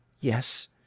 yes